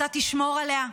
אתה תשמור עליה?